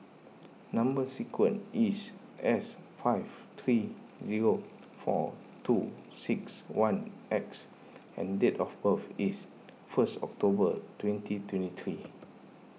Number Sequence is S five three zero four two six one X and date of birth is first October twenty twenty three